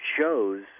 Shows